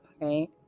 right